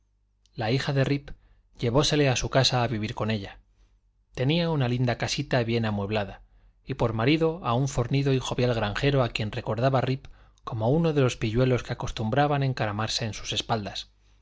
la hija de rip llevósele a su casa a vivir con ella tenía una linda casita bien amueblada y por marido a un fornido y jovial granjero a quien recordaba rip como uno de los pilluelos que acostumbraban encaramarse en sus espaldas